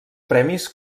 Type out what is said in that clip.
premis